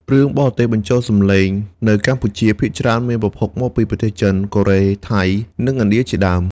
រឿងបរទេសបញ្ចូលសម្លេងនៅកម្ពុជាភាគច្រើនមានប្រភពមកពីប្រទេសចិន កូរ៉េ ថៃ និងឥណ្ឌាជាដើម។